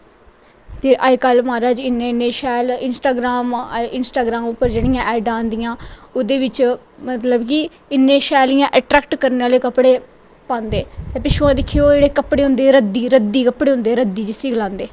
ते अजकल्ल मारज इन्ने इन्ने शैल इंस्टाग्राम पर ऐडां आंदियां ओह्दै बिच्च मतलब कि इन्ने शैल अट्रैक्ट करने आह्ले कपड़े पांदे ते पिच्छुआं दा दिक्खेओ रद्दी कपड़े होंदे रद्दी जिस्सी गलांदे